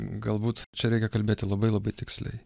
galbūt čia reikia kalbėti labai labai tiksliai